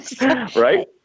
Right